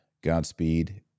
Godspeed